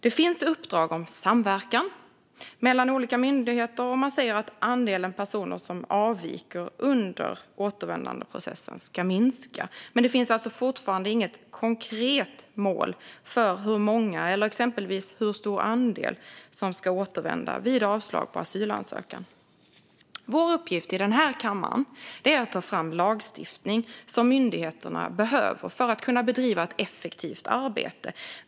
Det finns uppdrag om samverkan mellan olika myndigheter, och man säger att andelen personer som avviker under återvändandeprocessen ska minska. Men det finns alltså fortfarande inget konkret mål för hur många, eller exempelvis hur stor andel, som ska återvända vid avslag på asylansökan. Vår uppgift i den här kammaren är att ta fram den lagstiftning som myndigheterna behöver för att kunna bedriva ett effektivt arbete.